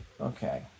Okay